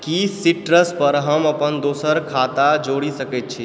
की citrus पर हम अपन दोसर खाता जोड़ि सकैत छी